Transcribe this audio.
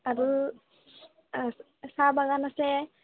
আৰু চাহ বাগান আছে